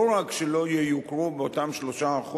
לא רק שלא ייוקרו באותם 3%,